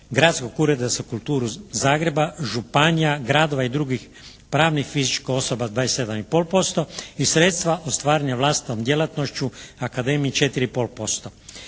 Gradskog ureda za kulturu Zagreba, županija, gradova i drugih pravnih i fizičkih osoba 27,5% i sredstva ostvarena vlastitom djelatnošću akademije 4,5%.